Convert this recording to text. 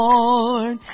Lord